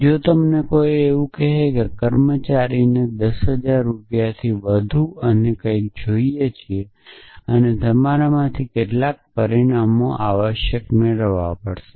જો તમે કોઈક એવું કહેતા હોવ કે કર્મચારીમાં ને 10000 રૂપિયાથી વધુ અને કંઈક જોઈએ છે અને તમારે તેમાંથી કેટલાક પરિણામો આવશ્યકપણે મેળવવા પડે